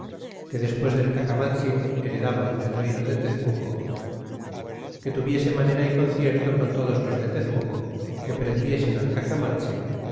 que despues del cacamatzin heredaba el reyno de tezcuco que tuviese manera y concierto con todos los de tezcuco que prendiesen al cacamatzin